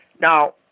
Now